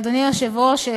אדוני היושב-ראש,